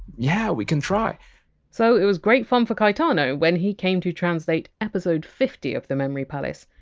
yeah, we can try so it was great fun for caetano when he came to translate episode fifty of the memory palace,